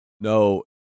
No